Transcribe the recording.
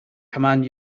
command